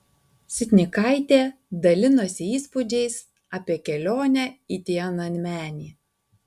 sitnikaitė dalinosi įspūdžiais apie kelionę į tiananmenį